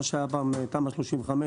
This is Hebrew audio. מה שהיה פעם תמ"א 35,